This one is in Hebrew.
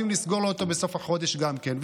רוצים לסגור לו אותו בסוף החודש גם כן.